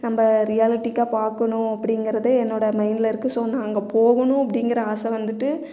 நம்ம ரியாலிட்டிக்கா பார்க்கணும் அப்படிங்கறது என்னோடய மைண்ட்டில் இருக்குது ஸோ நான் அங்கே போகணும் அப்படிங்கற ஆசை வந்துட்டு